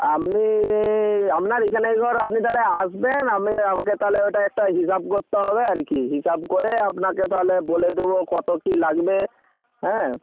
আপনি আপনার এখানে একবার আপনি তাহলে আসবেন আমি আমাকে তাহলে ওটা একটা হিসাব করতে হবে আর কি হিসাব করে আপনাকে তাহলে বলে দেবো কত কী লাগবে হ্যাঁ